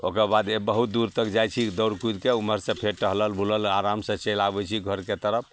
ओकरबादे बहुत दूर तक जाइ छी दौड़ कुदिके ओमहरसे टहलल बुलल आरामसे चलि आबै छी घरके तरफ